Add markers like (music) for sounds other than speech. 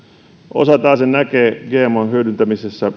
osa taasen näkee että gmon hyödyntämisestä (unintelligible)